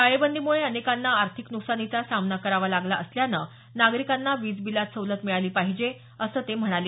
टाळेबंदीमुळे अनेकांना आर्थिक नुकसानीचा सामना करावा लागला असल्यानं नागरिकांना वीज बीलात सवलत मिळाली पाहिजे असं ते म्हणाले